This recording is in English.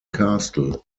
castle